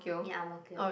in Ang-Mo-Kio